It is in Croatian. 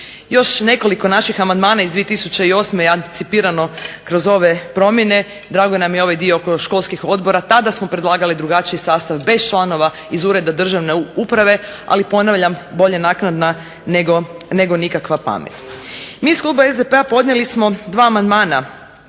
Još nekoliko naših amandmana iz 2008. je anticipirano kroz ove promjene. Drago nam je ovaj dio oko školskih odbora, tada smo predlagali drugačiji sastav bez članova iz Ureda državne uprave, ali ponavljam bolje naknadna nego nikakva pamet. Mi iz kluba SDP-a podnijeli smo dva amandmana